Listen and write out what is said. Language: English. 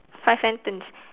five sentence